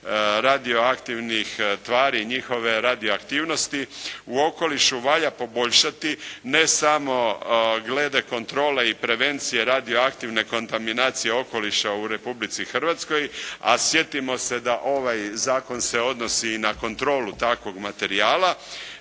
radioaktivnih tvari i njihove radioaktivnosti u okolišu valja poboljšati ne samo glede kontrole i prevencije radioaktivne kontaminacije okoliša u Republici Hrvatskoj, a sjetimo se da ovaj zakon se odnosi i na kontrolu takvog materijala,